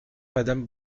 madame